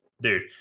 Dude